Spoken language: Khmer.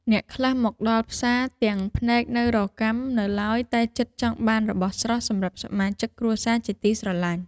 អ្នកខ្លះមកដល់ផ្សារទាំងភ្នែកនៅរកាំនៅឡើយតែចិត្តចង់បានរបស់ស្រស់សម្រាប់សមាជិកគ្រួសារជាទីស្រឡាញ់។